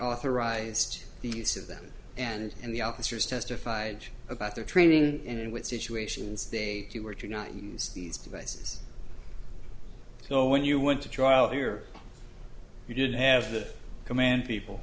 authorized the use of them and the officers testified about their training and in what situations they were to not use these devices so when you went to trial here you didn't have the command people